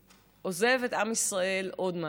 שעוזב את עם ישראל עוד משהו: